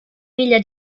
miglia